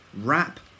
wrap